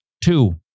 Two